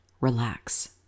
relax